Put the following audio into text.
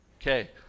Okay